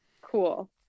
Cool